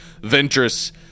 Ventress